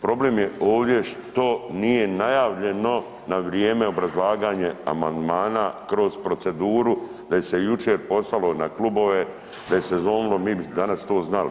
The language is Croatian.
Problem je ovdje što nije najavljeno na vrijeme obrazlaganje amandmana kroz proceduru da je se jučer poslalo na klubove, da je se zovnilo, mi bi danas to znali.